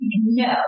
No